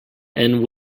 and